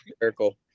Miracle